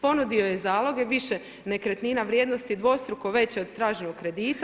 Ponudio je zaloge, više nekretnina vrijednosti dvostruko veće od traženog kredita.